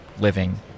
living